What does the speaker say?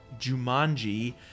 Jumanji